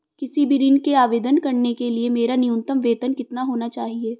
किसी भी ऋण के आवेदन करने के लिए मेरा न्यूनतम वेतन कितना होना चाहिए?